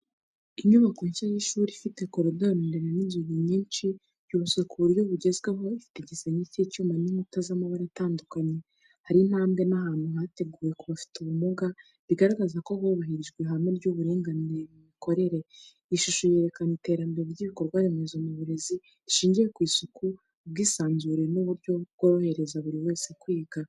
Inyubako nshya y’ishuri ifite koridoro ndende n’inzugi nyinshi, yubatswe ku buryo bugezweho, ifite igisenge cy’icyuma n’inkuta z’amabara atandukanye. Hari intambwe n’ahantu hateguwe ku bafite ubumuga, bigaragaza ko hubahirijwe ihame ry’uburinganire mu mikorere. Iyi shusho yerekana iterambere ry’ibikorwaremezo mu burezi, rishingiye ku isuku, ubwisanzure n’uburyo bworohereza buri wese kwiga.